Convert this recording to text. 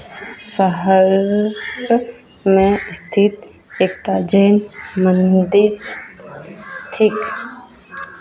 शहरमे स्थित एकटा जैन मन्दिर थिक